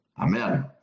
Amen